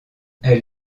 elle